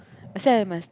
that's why I must